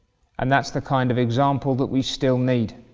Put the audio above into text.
and that's the kind of example that we still need,